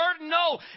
no